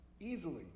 easily